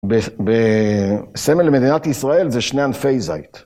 בסמל מדינת ישראל זה שני ענפי זית.